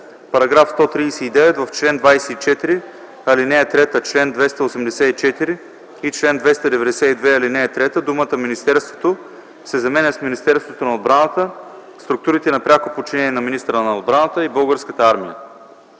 139: „§ 139. В чл. 24, ал. 3, чл. 284 и чл. 292, ал. 3 думата „министерството” се заменя с „Министерството на отбраната, структурите на пряко подчинение на министъра на отбраната и Българската армия”.